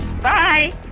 Bye